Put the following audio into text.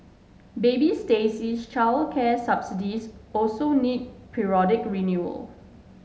baby Stacey's childcare subsidies also need periodic renewal